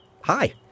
hi